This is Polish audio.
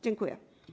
Dziękuję.